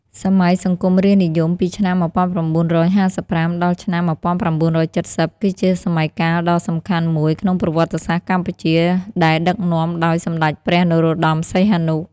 សម័យសង្គមរាស្ត្រនិយម ពីឆ្នាំ១៩៥៥ ដល់ឆ្នាំ១៩៧០ គឺជាសម័យកាលដ៏សំខាន់មួយក្នុងប្រវត្តិសាស្ត្រកម្ពុជា ដែលដឹកនាំដោយសម្ដេចព្រះនរោត្ដម សីហនុ។